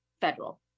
federal